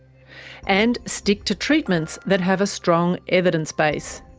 and stick to treatments that have a strong evidence base.